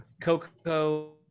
coco